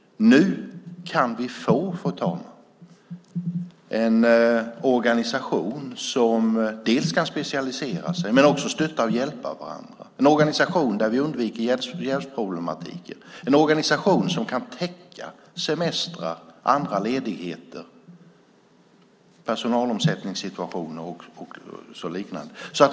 Nu kan vi, fru talman, få en organisation där man dels kan specialisera sig, dels stötta och hjälpa varandra. Det är en organisation där vi undviker jävsproblematiken och en organisation som kan täcka semestrar och andra ledigheter, personalomsättningssituationer och liknande.